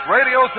Radio